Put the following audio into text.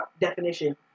definition